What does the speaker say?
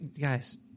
Guys